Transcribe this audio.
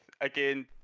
again